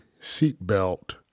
seatbelt